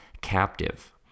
captive